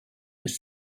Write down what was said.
was